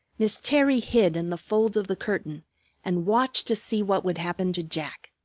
miss terry hid in the folds of the curtain and watched to see what would happen to jack.